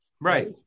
Right